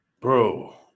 Bro